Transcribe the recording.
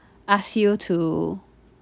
ask you to